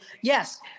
yes